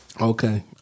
Okay